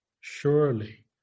surely